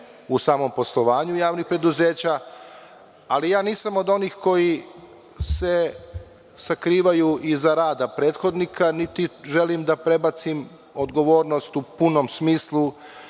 u samom poslovanju javnih preduzeća, ali nisam od onih koji se sakrivaju iza rada prethodnika, niti želim da prebacim odgovornost u punom smislu